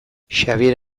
xabier